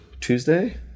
Tuesday